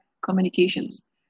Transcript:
communications